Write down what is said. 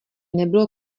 nebylo